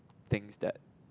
things that